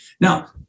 Now